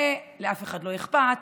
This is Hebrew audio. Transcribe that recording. ולאף אחד לא אכפת,